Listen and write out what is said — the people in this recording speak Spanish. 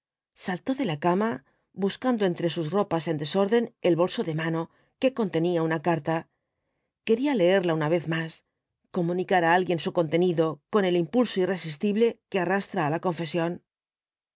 saltó de la cama buscando entre sus ropas en desorden el bolso de mano que contenía una carta quería leerla una vez más comunicar á alguien su contenido con el impulso irresistible que arrastra á la confesión